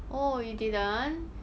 oh you didn't